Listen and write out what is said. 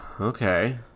Okay